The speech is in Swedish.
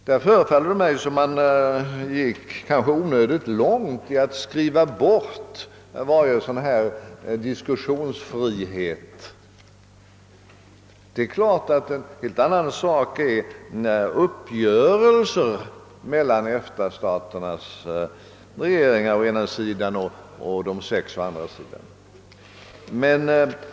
Det förefaller mig vara att gå onödigt långt att på det sättet begränsa diskussionsfriheten även på tidiga stadier. En helt annan sak är givetvis uppgörelser mellan EFTA-staternas regeringar å ena sidan och EEC:s å den andra.